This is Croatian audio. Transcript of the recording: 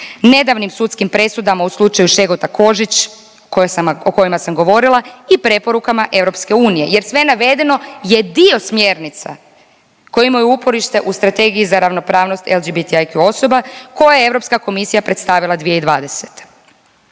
nedavnim sudskim presudama u slučaju Šegota-Kožić o kojima sam govorila i preporukama EU jer sve navedeno je dio smjernica koje imaju uporište u Strategiji za ravnopravnost LGBTIQ osoba koje je Europska komisija predstavila 2020..